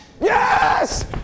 Yes